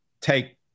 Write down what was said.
take